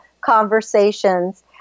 conversations